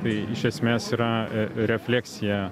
tai iš esmės yra refleksija